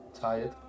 tired